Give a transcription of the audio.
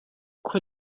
khua